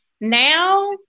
now